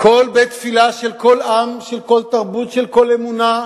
כל בית-תפילה של כל עם, של כל תרבות, של כל אמונה.